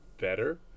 better